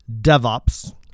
DevOps